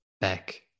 back